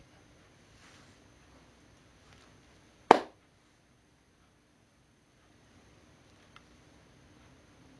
அப்புறம் இன்னைக்கு எப்படி போச்சு பொழுது:appuram innaikku epdi pochu poluthu